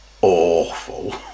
awful